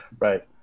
Right